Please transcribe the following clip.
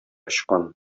очкан